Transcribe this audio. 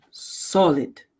Solid